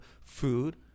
food